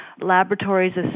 laboratories